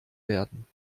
werden